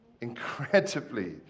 incredibly